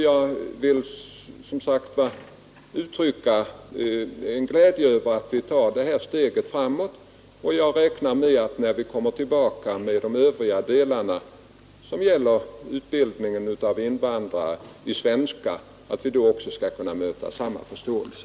Jag vill som sagt uttrycka glädje över att vi tar det här steget framåt, och jag räknar med att vi, när vi kommer tillbaka med de övriga delarna som gäller utbildningen av invandrare i svenska, skall kunna möta samma förståelse.